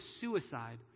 suicide